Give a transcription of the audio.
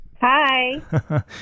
Hi